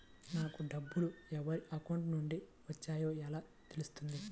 నాకు డబ్బులు ఎవరి అకౌంట్ నుండి వచ్చాయో ఎలా తెలుస్తుంది?